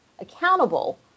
accountable